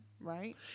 right